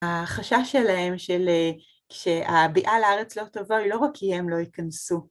החשש שלהם שהביאה לארץ לא טובה היא לא רק כי הם לא ייכנסו.